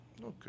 Okay